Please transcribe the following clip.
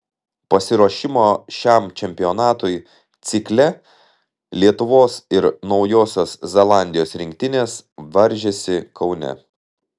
pasiruošimo šiam čempionatui cikle lietuvos ir naujosios zelandijos rinktinės varžėsi kaune